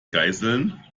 geiseln